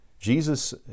Jesus